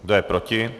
Kdo je proti?